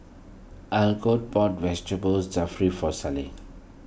Algot bought Vegetable Jalfrezi for